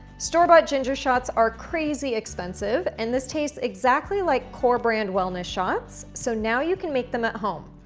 store bought ginger shots are crazy expensive and this tastes exactly like core brand wellness shots. so now you can make them at home.